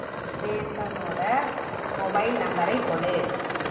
சேத்தனோடய mobile நம்பரை கொடு